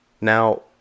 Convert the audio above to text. Now